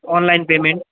online payment